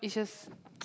it's just